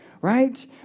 Right